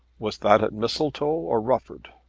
was that at mistletoe or rufford?